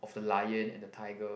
of the lion and the tiger